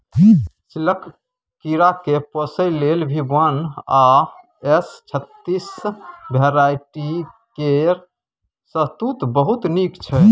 सिल्कक कीराकेँ पोसय लेल भी वन आ एस छत्तीस भेराइटी केर शहतुत बहुत नीक छै